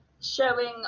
showing